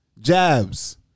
jabs